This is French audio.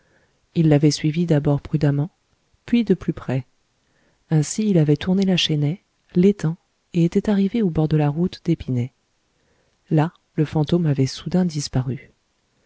il l'avait suivi de plus près ainsi il avait tourné la chênaie l'étang et était arrivé au bord de la route d'épinay là le fantôme avait soudain disparu